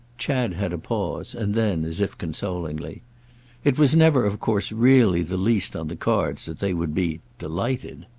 chad had a pause, and then as if consolingly it was never of course really the least on the cards that they would be delighted.